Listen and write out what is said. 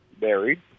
buried